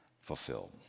fulfilled